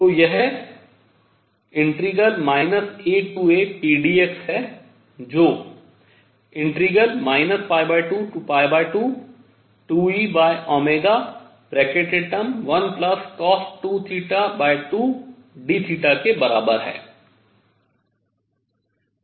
तो यह AApdx है जो 222E1cos2θ2dθ के बराबर है